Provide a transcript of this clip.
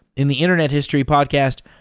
in the internet history podcast,